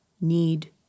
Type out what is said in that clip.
need